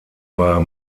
war